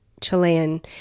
Chilean